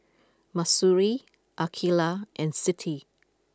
Mahsuri Aqilah and Siti